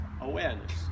awareness